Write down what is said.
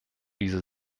diese